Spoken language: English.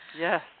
Yes